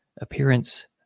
appearance